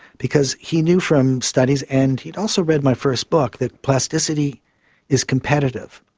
because he knew from studies and he'd also read my first book, that plasticity is competitive.